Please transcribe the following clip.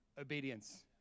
obedience